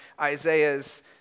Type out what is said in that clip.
Isaiah's